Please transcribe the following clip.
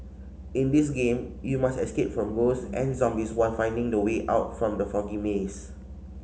in this game you must escape from ghost and zombies while finding the way out from the foggy maze